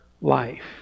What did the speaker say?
life